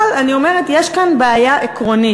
אבל אני אומרת, יש כאן בעיה עקרונית.